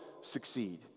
succeed